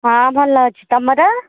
ହଁ ଭଲ ଅଛି ତୁମର